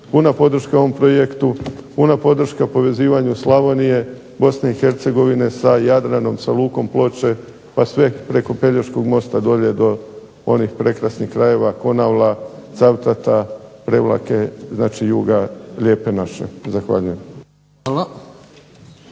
Puna podrška ovom projektu, puna podrška povezivanju Slavonije, Bosne i Hercegovine, sa Jadranom, sa lukom Ploče, pa sve preko pelješkog mosta dolje do onih prekrasnih krajeva Konavla, Cavtata, Prevlake, znači juga lijepe naše. Zahvaljujem.